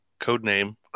codename